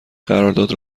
قرارداد